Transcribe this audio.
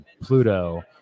Pluto